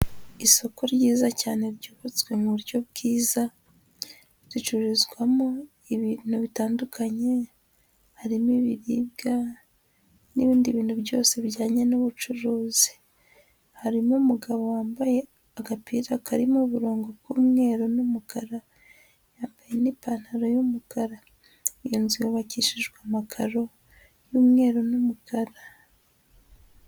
Isoko ryiza cyane ryubatswe mu buryo bwiza, ricururizwamo ibintu bitandukanye, harimo ibiribwa n'ibindi bintu byose bijyanye n'ubucuruzi. Harimo umugabo wambaye agapira karimo uburongo bw'umweru n'umukara, yambaye n'ipantaro y'umukara. Iyo nzu yubakishijwe amakaro y'umweru n'umukara.